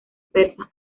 persas